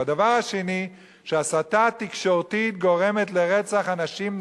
הדבר השני הוא שההסתה התקשורתית גורמת לרצח אנשים,